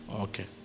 Okay